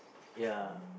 ya